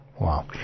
Wow